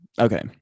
okay